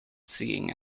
seeing